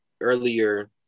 earlier